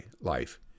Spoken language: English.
life